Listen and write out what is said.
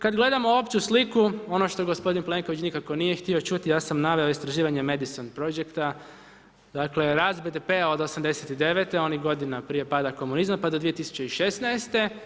Kad gledamo opću sliku, ono što gospodin Plenković nikako nije htio čuti, ja sam naveo istraživanje Madison project-a, dakle rast BDP-a od '89.-te, onih godina prije pada komunizma pa do 2016.